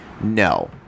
No